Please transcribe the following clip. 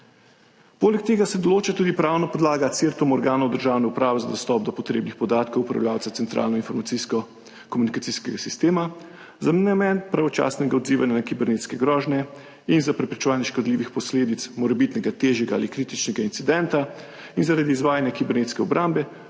Poleg tega se določa tudi pravna podlaga CSIRT organov državne uprave za dostop do potrebnih podatkov upravljavca centralno informacijsko-komunikacijskega sistema za namen pravočasnega odzivanja na kibernetske grožnje in za preprečevanje škodljivih posledic morebitnega težjega ali kritičnega incidenta. Zaradi izvajanja kibernetske obrambe